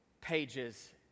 pages